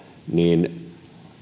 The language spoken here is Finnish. niin